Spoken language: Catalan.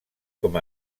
com